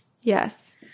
Yes